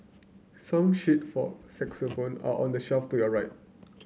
song sheet for saxophone are on the shelf to your right